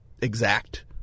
exact